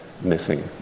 missing